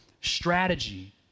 strategy